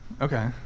Okay